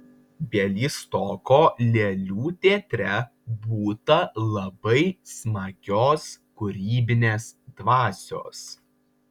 bialystoko lėlių teatre būta labai smagios kūrybinės dvasios